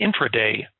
intraday